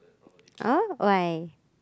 oh why